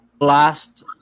last